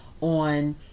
on